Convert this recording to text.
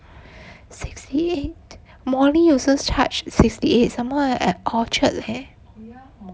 sixty eight morley also charged sixty eight some more at orchard leh